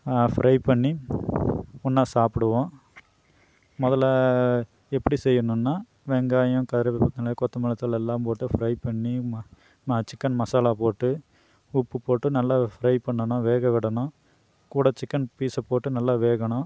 fry பண்ணி ஒன்றா சாப்பிடுவோம் முதல்ல எப்படி செய்யணும்னா வெங்காயம் கருவேப்பந்தழை கொத்தமல்லி தழை எல்லாம் போட்டு ஃப்ரை பண்ணி ம மா சிக்கன் மசாலா போட்டு உப்பு போட்டு நல்லா ஃப்ரை பண்ணனும் வேக விடணும் கூட சிக்கன் பீஸை போட்டு நல்லா வேகணும்